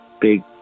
big